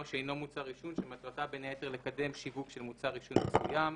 שאינו מוצר עישון שמטרתה בין היתר לקדם שיווק של מוצר עישון מסוים.